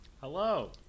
Hello